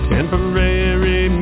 Temporary